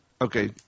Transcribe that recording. Okay